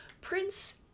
Prince